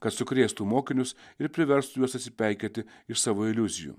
kad sukrėstų mokinius ir priverstų juos atsipeikėti iš savo iliuzijų